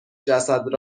جسد